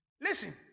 Listen